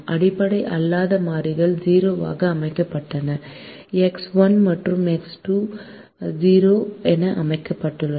அடிப்படை அல்லாத மாறிகள் 0 ஆக அமைக்கப்பட்டன எக்ஸ் 1 மற்றும் எக்ஸ் 2 0 என அமைக்கப்பட்டுள்ளன